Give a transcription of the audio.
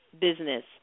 business